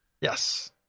Yes